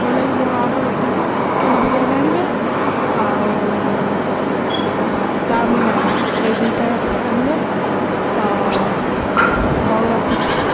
ମୋ ଲାଗି ମୋର ଅର୍ଡ଼ର୍ ରଖନ୍ତୁ ଚିକେନ୍ ବିରିୟାନୀ ଆଣିବେ ଆଉ ଆଉ ଚାଓମିନ୍ ଆଣିବେ ଏହି ଦୁଇଟା ଆଣିବେ ତ ହଉ ରଖୁଛି